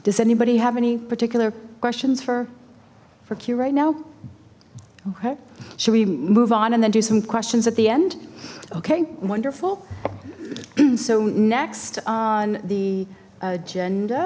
does anybody have any particular questions for for queue right now okay should we move on and then do some questions at the end okay wonderful and so next on the agenda